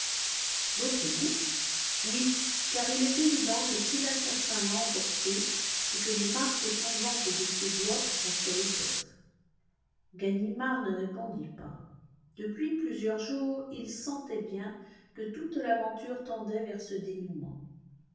l'autre bout oui car il est évident que si l'assassin l'a emporté c'est que les marques sanglantes de ses doigts sont sur l'étoffe ganimard ne répondit pas depuis plusieurs jours il sentait bien que toute l'aventure tendait vers ce dénouement